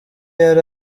yari